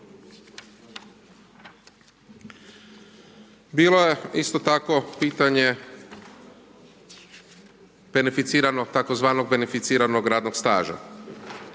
Bilo je isto tako pitanje beneficiranog radnog staža,